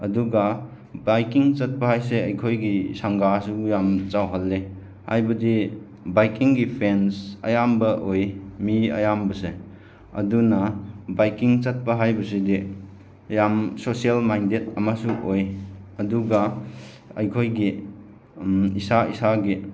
ꯑꯗꯨꯒ ꯕꯥꯏꯛꯀꯤꯡ ꯆꯠꯄ ꯍꯥꯏꯁꯦ ꯑꯩꯈꯣꯏꯒꯤ ꯁꯪꯒꯁꯨ ꯌꯥꯝ ꯆꯥꯎꯍꯜꯂꯦ ꯍꯥꯏꯕꯗꯤ ꯕꯥꯏꯛꯀꯤꯡꯒꯤ ꯐꯦꯟꯁ ꯑꯌꯥꯝꯕ ꯑꯣꯏ ꯃꯤ ꯑꯌꯥꯝꯕꯁꯦ ꯑꯗꯨꯅ ꯕꯥꯏꯛꯀꯤꯡ ꯆꯠꯄ ꯍꯥꯏꯕꯁꯤꯗꯤ ꯌꯥꯝ ꯁꯣꯁꯦꯜ ꯃꯥꯏꯟꯗꯦꯠ ꯑꯃꯁꯨ ꯑꯣꯏ ꯑꯗꯨꯒ ꯑꯩꯈꯣꯏꯒꯤ ꯏꯁꯥ ꯏꯁꯥꯒꯤ